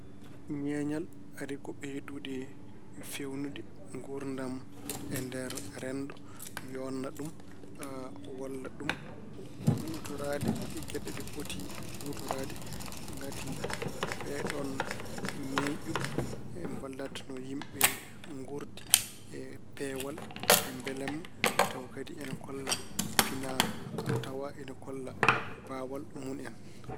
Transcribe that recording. Ñeeñal ari ko ɓeydude feewnude nguurdam e nder renndo, yooɗna ɗum, walla ɗum huutoraade geɗe ɗe poti huutoraade. Ngati ko ɓeeɗoon ñeeñƴuɓe mballata no yimɓe nguurdi e peewal e mbelamma tawa kadi ena kolla pinaatawaa, ine kolla mbaawal mun en.